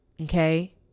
Okay